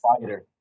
fighter